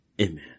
Amen